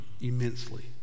immensely